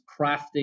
crafting